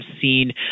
seen